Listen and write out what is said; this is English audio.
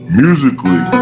musically